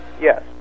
Yes